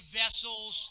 vessels